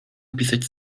opisać